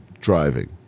driving